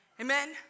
Amen